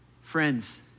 Friends